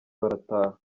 barataha